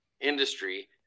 industry